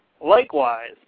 Likewise